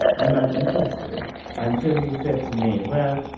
i'm not interested until he said to me. well,